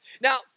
Now